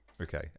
Okay